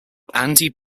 andy